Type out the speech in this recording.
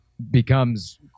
becomes